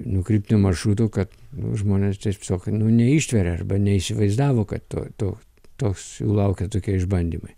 nukrypti maršrutu kad nu žmonės tiesiog neištveria arba neįsivaizdavo kad tu tu toks laukia tokie išbandymai